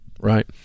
right